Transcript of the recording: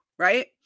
Right